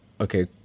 Okay